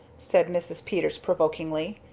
said mrs. peters provokingly.